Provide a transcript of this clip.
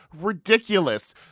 ridiculous